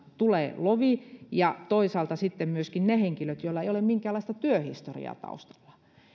tulee lovi ja toisaalta sitten myöskin ne henkilöt joilla ei ole minkäänlaista työhistoriaa taustalla